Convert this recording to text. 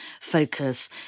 focus